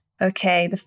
Okay